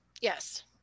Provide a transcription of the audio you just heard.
Yes